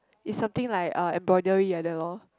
it's something like uh embroidery like that lor